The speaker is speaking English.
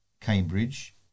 Cambridge